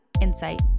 insight